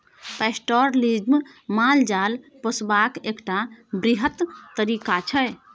pastoralism माल जाल पोसबाक एकटा बृहत तरीका छै